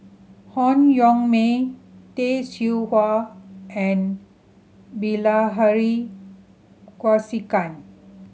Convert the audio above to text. Han Yong May Tay Seow Huah and Bilahari Kausikan